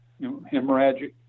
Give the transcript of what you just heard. hemorrhagic